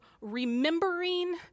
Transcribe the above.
remembering